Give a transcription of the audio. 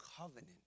covenant